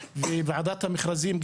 רוב האנשים באים עם מזוודה אחת